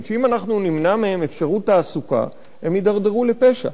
שאם אנחנו נמנע מהם אפשרות תעסוקה הם יידרדרו לפשע,